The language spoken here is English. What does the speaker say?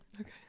okay